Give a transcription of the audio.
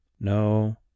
No